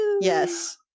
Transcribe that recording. Yes